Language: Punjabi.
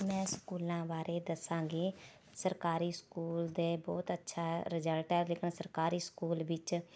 ਮੈਂ ਸਕੂਲਾਂ ਬਾਰੇ ਦੱਸਾਂਗੀ ਸਰਕਾਰੀ ਸਕੂਲ ਦੇ ਬਹੁਤ ਅੱਛਾ ਰਿਜੈਲਟ ਹੈ ਲੇਕਿਨ ਸਰਕਾਰੀ ਸਕੂਲ ਵਿੱਚ